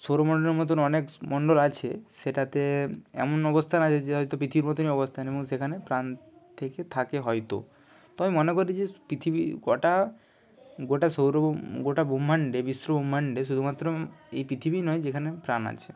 সৌরমন্ডলের মতোন অনেক মন্ডল আছে সেটাতে এমন অবস্থান আছে যে হয়তো পৃথিবীর মতোনই অবস্থান এবং সেখানে প্রাণ থেকে থাকে হয়তো তো আমি মনে করি যে পৃথিবী কটা গোটা সৌর গোটা ব্রহ্মাণ্ডে বিশ্ব ব্রহ্মান্ডে শুধুমাত্র এই পৃথিবীই নয় যেখানে প্রাণ আছে